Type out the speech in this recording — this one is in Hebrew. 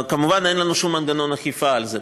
כמובן, אין לנו שום מנגנון אכיפה על זה.